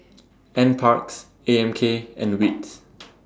NParks A M K and WITS